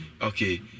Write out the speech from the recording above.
Okay